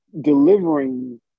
delivering